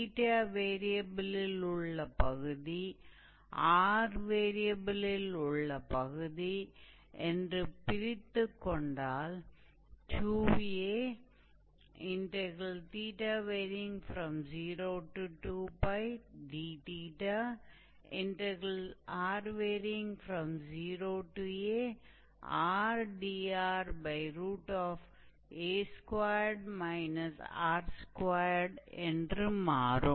𝜃 வேரியபிலில் உள்ள பகுதி r வேரியபிலில் உள்ள பகுதி என்று பிரித்துக் கொண்டால் 2a02dr0ardra2 r2என்று மாறும்